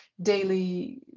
daily